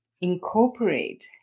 incorporate